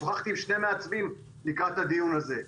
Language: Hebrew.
שוחחתי עם שני מעצבים לקראת הדיון הזה,